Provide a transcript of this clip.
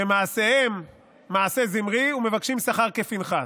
שמעשיהם מעשה זמרי ומבקשים שכר כפינחס.